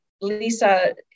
Lisa